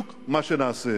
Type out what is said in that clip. חבר הכנסת טלב אלסאנע,